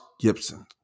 Gibson